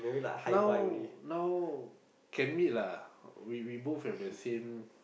now now can meet lah we we both have the same